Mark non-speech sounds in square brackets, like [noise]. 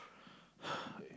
[noise]